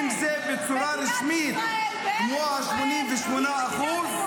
אם זה בצורה רשמית כמו ה-88% -- מדינת